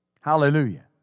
Hallelujah